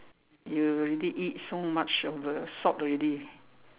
you really eat so much of the salt already